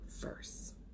first